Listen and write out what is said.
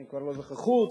חוץ,